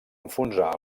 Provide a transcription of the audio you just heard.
enfonsar